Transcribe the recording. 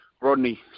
Rodney